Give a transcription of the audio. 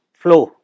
flow